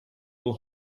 will